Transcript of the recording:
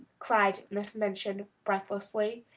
cried miss minchin breathlessly,